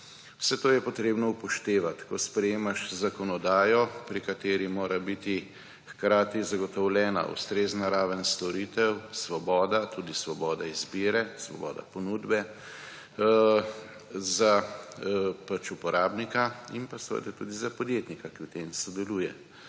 Vse to je treba upoštevati, ko sprejemaš zakonodajo, pri kateri mora biti hkrati zagotovljena ustrezna raven storitev, svoboda – tudi svoboda izbire, svoboda ponudbe – za uporabnika in tudi za podjetnika, ki v tem sodeluje.